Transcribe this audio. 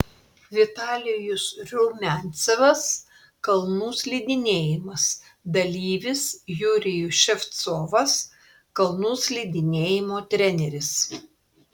vitalijus rumiancevas kalnų slidinėjimas dalyvis jurijus ševcovas kalnų slidinėjimo treneris